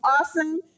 awesome